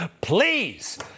please